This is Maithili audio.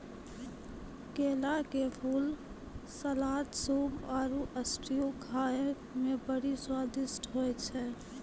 केला के फूल, सलाद, सूप आरु स्ट्यू खाए मे बड़ी स्वादिष्ट होय छै